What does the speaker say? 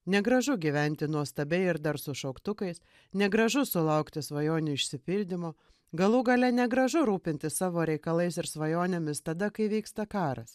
negražu gyventi nuostabiai ir dar su šauktukais negražu sulaukti svajonių išsipildymo galų gale negražu rūpintis savo reikalais ir svajonėmis tada kai vyksta karas